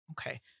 Okay